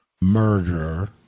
murderer